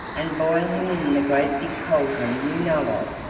and boil him in the great big cauldron you know of,